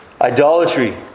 Idolatry